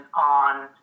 on